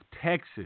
Texas